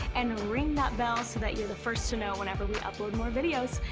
and ring that bell so that you're the first to know whenever we upload more videos.